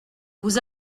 vous